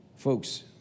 Folks